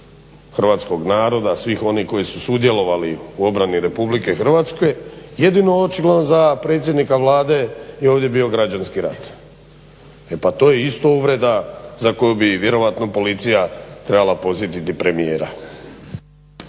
hrvatskog naroda, svih onih koji su sudjelovali u obrani RH. Jedino očigledno za predsjednika Vlade je ovdje bio građanski rat. E pa to je isto uvreda za koju bi vjerojatno policija trebala posjetiti premijera.